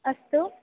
अस्तु